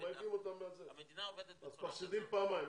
אז מפסידים פעמיים,